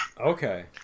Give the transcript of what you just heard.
Okay